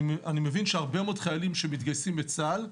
אני מבין שהרבה מאוד חיילים שמתגייסים לצה"ל,